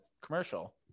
commercial